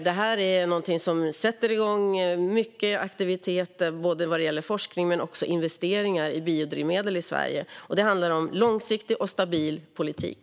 Det här är någonting som sätter igång mycket aktivitet både vad gäller forskning och vad gäller investeringar i biodrivmedel i Sverige. Det handlar om långsiktig och stabil politik.